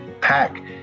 pack